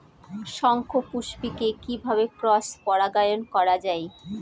শঙ্খপুষ্পী কে কিভাবে ক্রস পরাগায়ন করা যায়?